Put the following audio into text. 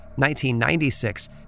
1996